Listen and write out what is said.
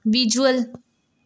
visual